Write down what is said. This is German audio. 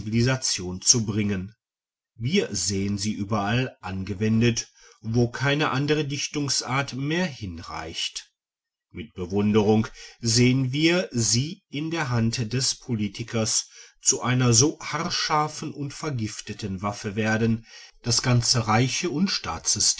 zu bringen wir sehen sie überall angewendet wo keine andere dichtungsart mehr hinreicht mit bewunderung sehen wir sie in der hand des politikers zu einer so haarscharfen und vergifteten waffe werden daß ganze reiche und